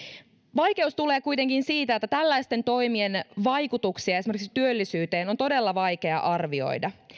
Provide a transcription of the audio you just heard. vaikeus tulee kuitenkin siitä että tällaisten toimien vaikutuksia esimerkiksi työllisyyteen on todella vaikea arvioida